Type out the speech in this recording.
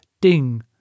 ding